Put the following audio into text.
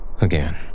Again